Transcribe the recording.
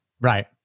right